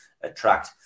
attract